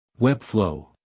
Webflow